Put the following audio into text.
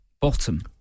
Bottom